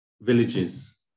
villages